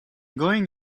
going